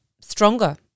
stronger